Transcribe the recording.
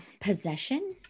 possession